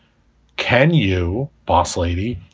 can you, boss lady,